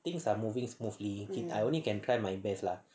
things are moving smoothly if I only can try my best lah